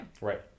Right